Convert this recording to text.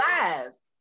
lies